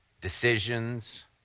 decisions